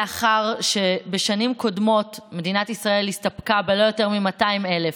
לאחר שבשנים קודמות מדינת ישראל הסתפקה בלא יותר מ-200,000.